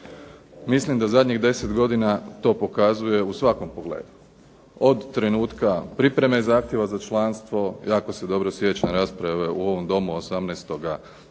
Mislim da zadnjih 10 godina to pokazuje u svakom pogledu od trenutka pripreme zahtjeva za članstvo. Jako se dobro sjećam rasprave u ovom Domu 18.12.2002.